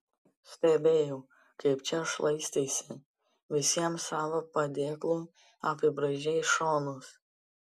stebėjau kaip čia šlaisteisi visiems savo padėklu apibraižei šonus